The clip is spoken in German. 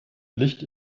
licht